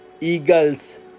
eagles